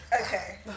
Okay